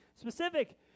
specific